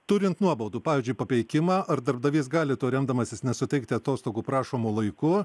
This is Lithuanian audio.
turint nuobaudų pavyzdžiui papeikimą ar darbdavys gali tuo remdamasis nesuteikti atostogų prašomu laiku